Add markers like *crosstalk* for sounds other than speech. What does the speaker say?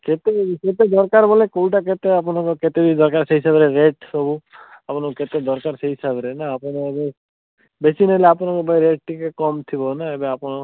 କେତେ *unintelligible* ଦରକାର ବୋଲେ କୋଉଟା କେତେ ଆପଣଙ୍କ କେତେ ଦରକାର ସେଇ ହିସାବରେ ରେଟ୍ ସବୁ ଆପଣ କେତେ ଦରକାର ସେଇ ହିସାବରେ ନା ଆପଣଙ୍କୁ ବେଶୀ ନେଲେ ଆପଣଙ୍କ ରେଟ୍ ଟିକେ କମ୍ ଥିବ ନା ଏବେ ଆପଣ